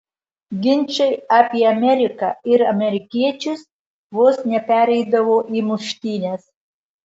ginčai apie ameriką ir amerikiečius vos nepereidavo į muštynes